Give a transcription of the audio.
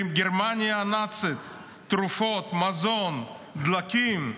לגרמניה הנאצית תרופות, מזון, דלקים,